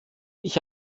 ich